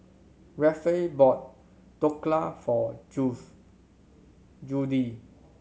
Rafe bought Dhokla for Judith